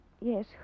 Yes